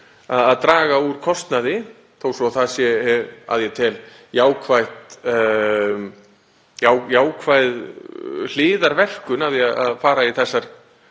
að draga úr kostnaði, þó svo að það sé, að ég tel, jákvæð hliðarverkun af því að fara í þessar